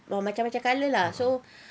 macam-macam colour lah so